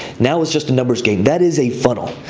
now it's just a numbers game. that is a funnel.